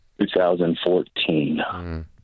2014